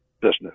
business